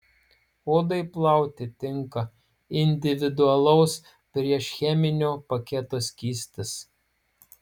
odai plauti tinka individualaus priešcheminio paketo skystis